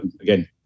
again